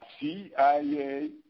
CIA